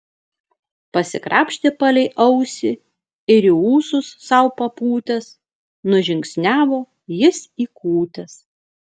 pasikrapštė palei ausį ir į ūsus sau papūtęs nužingsniavo jis į kūtes